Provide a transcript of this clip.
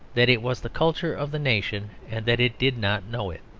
that it was the culture of the nation, and that it did not know it.